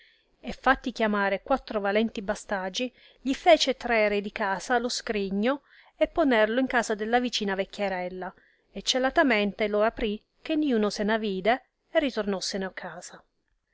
e fatti chiamare quattro valenti bastagi gii fece trae re di casa lo scrigno e ponerlo in casa della vicina vechiarella e celatamente lo aprì che niuno se n'avide e ritornossene a casa